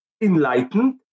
enlightened